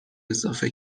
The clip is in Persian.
اضافه